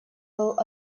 был